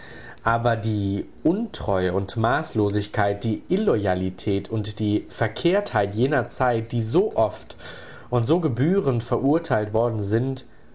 aber die untreue und die maßlosigkeit die illoyalität und die verkehrtheit jener zeit die so oft und so gebührend verurteilt worden sind